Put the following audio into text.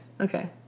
Okay